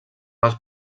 les